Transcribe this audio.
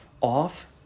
off